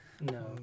No